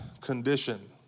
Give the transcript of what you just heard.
condition